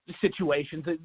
situations